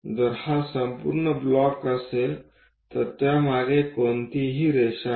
जर हा संपूर्ण ब्लॉक असेल तर त्यामागे कोणतीही रेषा नाही